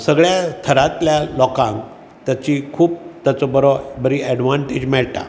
सगळ्या थरांतल्या लोकांक ताची खूब ताचो बरो एडवान्टेज मेळटा